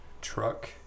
truck